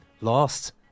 lost